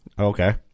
Okay